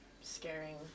scaring